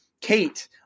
Kate